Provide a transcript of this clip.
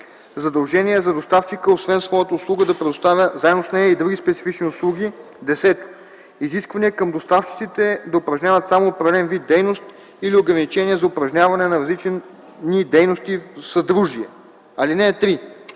задължения за доставчика освен своята услуга да предоставя заедно с нея и други специфични услуги; 10. изисквания към доставчиците да упражняват само определен вид дейност или ограничения за упражняване на различни дейности в съдружие. (3) В